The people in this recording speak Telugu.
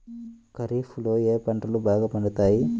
ఖరీఫ్లో ఏ పంటలు బాగా పండుతాయి?